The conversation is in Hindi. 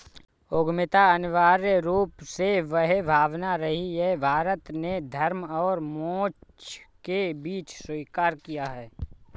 उद्यमिता अनिवार्य रूप से वह भावना रही है, भारत ने धर्म और मोक्ष के बीच स्वीकार किया है